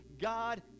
God